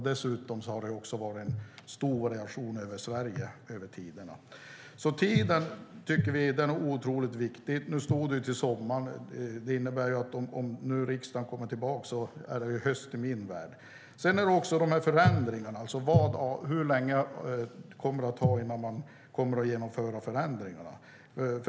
Dessutom har det varit stor reaktion över Sverige genom tiderna. Tiden är alltså oerhört viktig. Nu sades det "under sommaren". Det innebär att när riksdagen kommer tillbaka är det, åtminstone i min värld, höst. När det gäller förändringarna undrar jag hur lång tid det kommer att ta innan man genomför förändringarna.